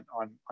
on